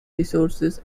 resources